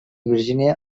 virgínia